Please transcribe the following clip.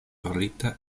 kovrita